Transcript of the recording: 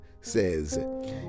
says